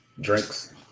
Drinks